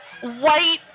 white